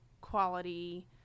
quality